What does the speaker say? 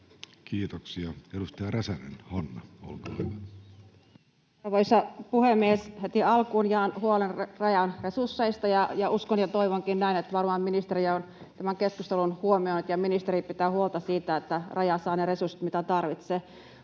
Kiitoksia. — Edustaja Räsänen, Hanna, olkaa hyvä. Arvoisa puhemies! Heti alkuun jaan huolen Rajan resursseista ja uskon ja toivonkin näin, että varmaan ministeriö on tämän keskustelun huomioinut ja ministeri pitää huolta siitä, että Raja saa ne resurssit, mitä tarvitsee.